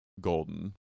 golden